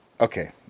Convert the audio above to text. Okay